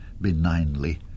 benignly